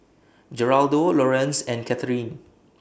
Geraldo Lorenz and Katherin